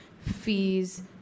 fees